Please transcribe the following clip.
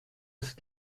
ist